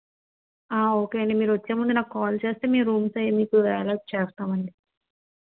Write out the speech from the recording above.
okay అండి మీరు వచ్చే ముందు నాకు కాల్ చేస్తే మీ రూమ్స్ అవన్నీ కూడా ఆరెంజ్ చేస్తామండీ